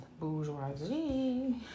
bourgeoisie